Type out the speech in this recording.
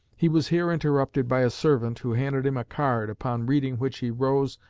he was here interrupted by a servant, who handed him a card, upon reading which he arose,